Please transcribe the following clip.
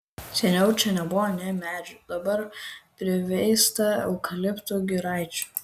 seniau čia nebuvo nė medžių dabar priveista eukaliptų giraičių